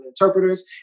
interpreters